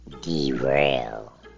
derail